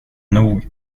nog